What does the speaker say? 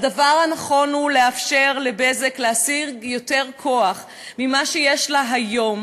הדבר הנכון הוא לאפשר ל"בזק" להשיג יותר כוח מכפי שיש לה היום,